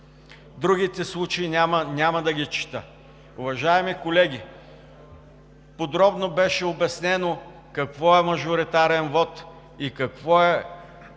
Другите случаи няма да ги чета. Уважаеми колеги, подробно беше обяснено какво е мажоритарен вот и какво е